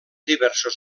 diversos